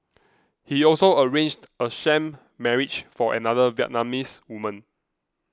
he also arranged a sham marriage for another Vietnamese woman